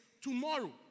tomorrow